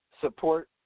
support